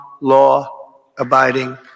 law-abiding